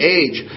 age